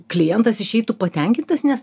klientas išeitų patenkintas nes